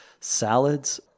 Salads